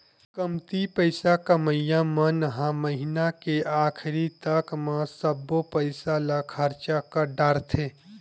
कमती पइसा कमइया मन ह महिना के आखरी तक म सब्बो पइसा ल खरचा कर डारथे